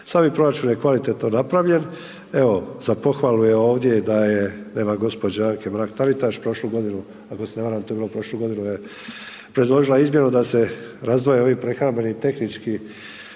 Sami proračun je kvalitetno napravljen, evo za pohvalu je ovdje da je, nema gđe. Anke Mrak Taritaš, prošlu godinu, ako se ne varam, to je bilo prošle godine da je predložila izmjenu da se razdvoje ovi prehrambeni i tehnički